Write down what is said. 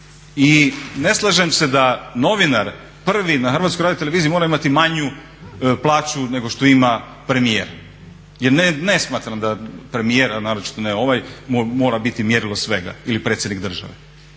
I ne slažem se da novinar prvi na HRT-u mora imati manju plaću nego što ima premijer jer ne smatram da premijer, a naročito ne ovaj mora biti mjerilo svega ili predsjednik države,